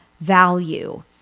value